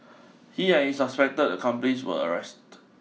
he and his suspected accomplice were arrest